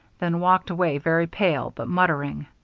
then walked away very pale, but muttering.